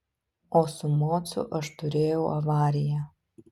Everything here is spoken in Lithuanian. o su mocu aš turėjau avariją